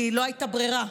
כי לא הייתה ברירה,